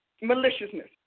maliciousness